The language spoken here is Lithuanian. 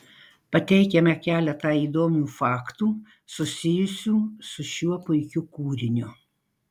pateikiame keletą įdomių faktų susijusių su šiuo puikiu kūriniu